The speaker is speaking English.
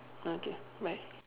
okay bye